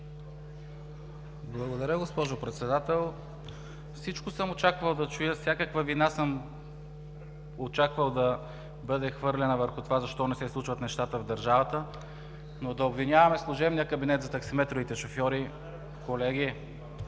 Благодаря, госпожо Председател. Всичко съм очаквал да чуя, всякаква вина съм очаквал да бъде хвърлена върху това защо не се случват нещата в държавата, но да обвиняваме служебния кабинет за таксиметровите шофьори?! Колеги,